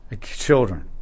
children